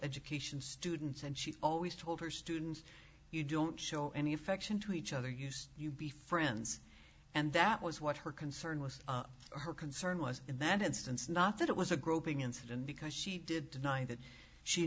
education students and she always told her students you don't show any affection to each other use you be friends and that was what her concern was her concern was in that instance not that it was a groping incident because she did deny that she